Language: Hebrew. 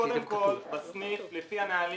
קודם כל בסניף לפי הנהלים